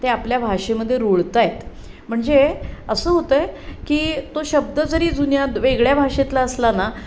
ते आपल्या भाषेमध्ये रुळत ही आहेत म्हणजे असं होतं आहे की तो शब्द जरी जुन्या वेगळ्या भाषेतला असला ना